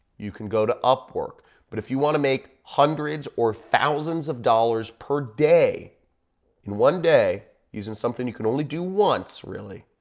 you can go to upwork but if you wanna make hundreds or thousands of dollars per day in one day using something you can only do once really,